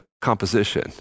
composition